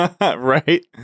Right